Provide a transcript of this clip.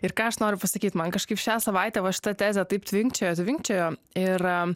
ir ką aš noriu pasakyt man kažkaip šią savaitę va šita tezė taip tvinkčiojo tvinkčiojo ir